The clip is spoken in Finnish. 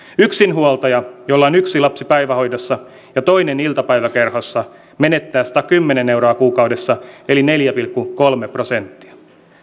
yksinhuoltaja jolla on yksi lapsi päivähoidossa ja toinen iltapäiväkerhossa menettää satakymmentä euroa kuukaudessa eli neljä pilkku kolme prosenttia